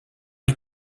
les